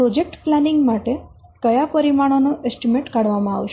project planning માટે કયા પરિમાણો નો એસ્ટીમેટ કાઢવામાં આવશે